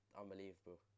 unbelievable